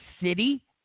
City